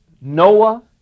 Noah